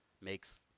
makes